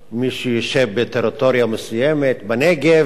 מי שיושב בטריטוריה מסוימת בנגב,